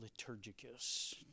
liturgicus